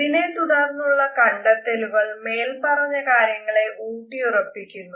ഇതിനെത്തുടർന്നുള്ള കണ്ടെത്തലുകൾ മേല്പറഞ്ഞ കാര്യങ്ങളെ ഊട്ടിയുറപ്പിക്കുന്നു